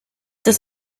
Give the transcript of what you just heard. das